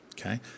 okay